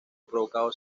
provocado